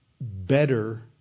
better